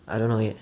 I don't know yet